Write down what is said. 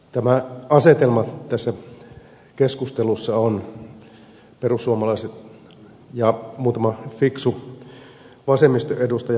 tämä asetelma tässä keskustelussa on perussuomalaiset ja muutama fiksu vasemmiston edustaja vastaan muut